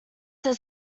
does